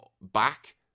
back